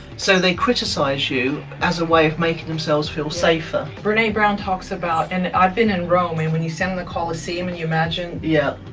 so they criticize you as a way of making themselves feel safer. brene brown talks about, and i've been in rome, and when you stand in the coliseum, and you imagine yeah